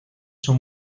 son